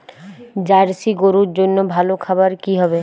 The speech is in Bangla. জার্শি গরুর জন্য ভালো খাবার কি হবে?